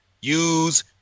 use